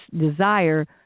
desire